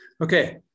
Okay